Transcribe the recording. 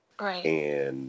Right